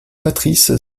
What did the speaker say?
patrice